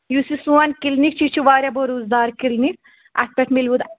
یُس یہِ سون کِلنِک چھُ یہِ چھُ واریاہ بروس دار کِلنِک اَتھ پٮ۪ٹھ مِلوِ